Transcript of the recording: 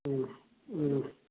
ꯎꯝ ꯎꯝ